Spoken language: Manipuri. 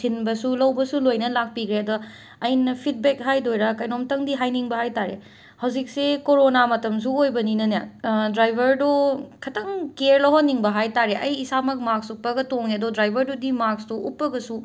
ꯊꯤꯟꯕꯁꯨ ꯂꯧꯕꯁꯨ ꯂꯣꯏꯅ ꯂꯥꯛꯄꯤꯈ꯭ꯔꯦ ꯑꯗꯨꯗ ꯑꯩꯅ ꯐꯤꯠꯕꯦꯛ ꯍꯥꯏꯗꯣꯏꯔꯥ ꯀꯔꯤꯅꯣꯝꯇꯪꯗꯤ ꯍꯥꯏꯅꯤꯡꯕ ꯍꯥꯏ ꯇꯥꯔꯦ ꯍꯧꯖꯤꯛꯁꯤ ꯀꯣꯔꯣꯅꯥ ꯃꯇꯝꯁꯨ ꯑꯣꯏꯕꯅꯤꯅꯅꯦ ꯗ꯭ꯔꯥꯏꯕꯔꯗꯨ ꯈꯇꯪ ꯀ꯭ꯌꯦꯔ ꯂꯧꯍꯟꯅꯤꯡꯕ ꯍꯥꯏ ꯇꯥꯔꯦ ꯑꯩ ꯏꯁꯥꯃꯛ ꯃꯥꯛꯁ ꯎꯞꯄꯒ ꯇꯣꯡꯉꯦ ꯑꯗꯣ ꯗ꯭ꯔꯥꯏꯕꯔꯗꯨꯗꯤ ꯃꯥꯛꯁꯇꯣ ꯎꯞꯄꯒꯁꯨ